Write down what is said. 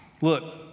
Look